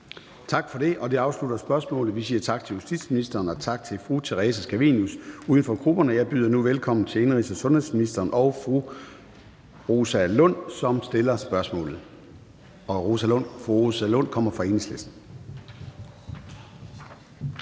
Tak for det. Det afslutter spørgsmålet, og vi siger tak til justitsministeren og til fru Theresa Scavenius, uden for grupperne. Jeg byder nu velkommen til indenrigs- og sundhedsministeren og fru Rosa Lund, som stiller spørgsmålet. Kl. 13:15 Spm. nr.